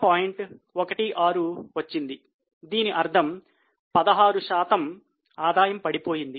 16 వచ్చింది దీని అర్థం 16 శాతం ఆదాయం పడిపోయింది